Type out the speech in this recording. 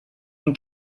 den